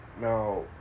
now